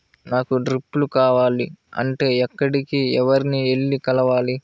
నాకు డ్రిప్లు కావాలి అంటే ఎక్కడికి, ఎవరిని వెళ్లి కలవాలి?